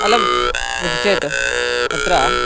अलम् इति चेत् तत्र